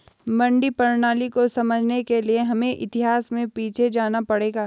मंडी प्रणाली को समझने के लिए हमें इतिहास में पीछे जाना पड़ेगा